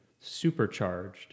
supercharged